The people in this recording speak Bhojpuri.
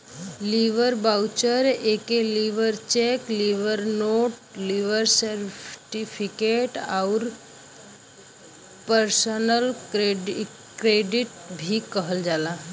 लेबर वाउचर एके labour cheque, labour note, labour certificate आउर पर्सनल क्रेडिट भी कहल जाला